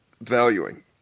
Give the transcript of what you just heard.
valuing